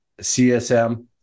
CSM